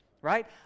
right